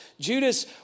Judas